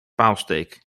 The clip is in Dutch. paalsteek